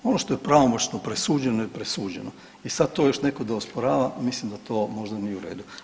Ono što je pravomoćno presuđeno je presuđeno i sad to još netko da osporava mislim da to možda nije u redu.